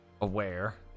aware